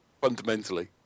fundamentally